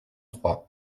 trois